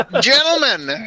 Gentlemen